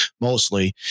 mostly